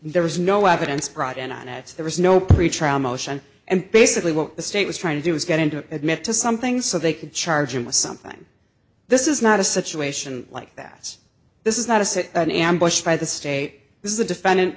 there was no evidence brought in on it there was no pretrial motion and basically what the state was trying to do is get him to admit to something so they could charge him with something this is not a situation like that this is not a sit an ambush by the state this is a defendant